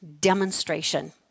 Demonstration